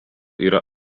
yra